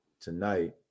tonight